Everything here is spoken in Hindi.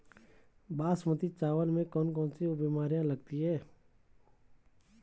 बासमती चावल में कौन कौन सी बीमारियां लगती हैं?